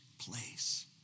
place